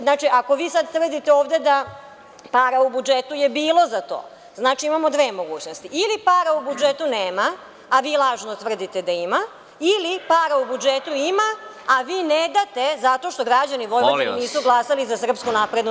Znači, ako vi sada tvrdite ovde da para u budžetu je bilo za to, imao dve mogućnosti ili para u budžetu nema, a vi lažno tvrdite da ima ili para u budžetu ima, a vi ne date zato što građani Vojvodine nisu glasali za SNS.